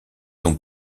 ont